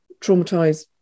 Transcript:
traumatized